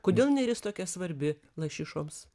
kodėl neris tokia svarbi lašišoms